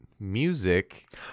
music